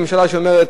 ממשלה שאומרת,